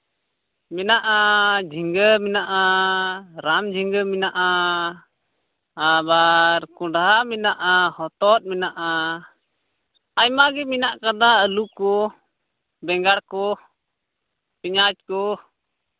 ᱢᱮᱱᱟᱜᱼᱟ ᱡᱷᱤᱸᱜᱟᱹ ᱢᱮᱱᱟᱜᱼᱟ ᱨᱟᱢ ᱡᱷᱤᱸᱜᱟᱹ ᱢᱮᱱᱟᱜᱼᱟ ᱟᱵᱟᱨ ᱠᱚᱸᱰᱷᱟ ᱢᱮᱱᱟᱜᱼᱟ ᱦᱚᱛᱚᱫ ᱢᱮᱱᱟᱜᱼᱟ ᱟᱭᱢᱟ ᱜᱮ ᱢᱮᱱᱟᱜ ᱠᱟᱫᱟ ᱟᱹᱞᱩ ᱠᱚ ᱵᱮᱸᱜᱟᱲ ᱠᱚ ᱯᱮᱸᱭᱟᱡᱽ ᱠᱚ